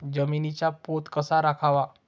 जमिनीचा पोत कसा राखावा?